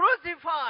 crucified